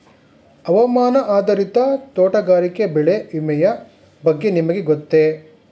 ಹವಾಮಾನ ಆಧಾರಿತ ತೋಟಗಾರಿಕೆ ಬೆಳೆ ವಿಮೆಯ ಬಗ್ಗೆ ನಿಮಗೆ ಗೊತ್ತೇ?